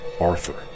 Arthur